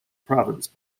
province